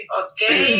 okay